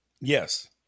Yes